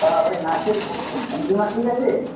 হ্যাঁ বলি নাচের ভঙ্গিমা ঠিক আছে